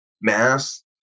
Mass